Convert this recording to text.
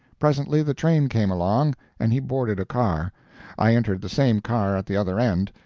presently the train came along, and he boarded a car i entered the same car at the other end,